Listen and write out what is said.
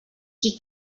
qui